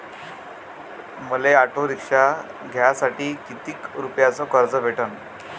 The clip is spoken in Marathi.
मले ऑटो रिक्षा घ्यासाठी कितीक रुपयाच कर्ज भेटनं?